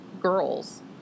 girls